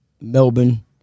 Melbourne